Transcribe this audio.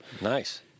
nice